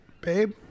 babe